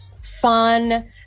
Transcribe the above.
fun